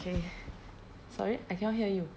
K sorry I cannot hear you